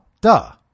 duh